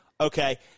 Okay